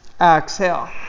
exhale